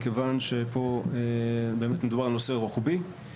מכיוון שפה באמת מדובר על נושא רוחבי.